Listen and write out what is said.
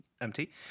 empty